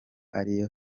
ariyo